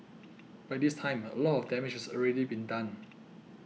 by this time a lot of damage has already been done